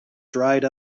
dried